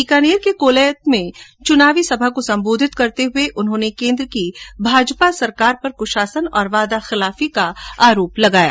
बीकानेर के कोलायत में चुनावी रैली को संबोधित करते हुये उन्होने केन्द्र की भाजपा सरकार पर कुशासन और वादा खिलाफी का आरोप लगाया